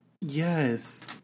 Yes